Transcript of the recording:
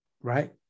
Right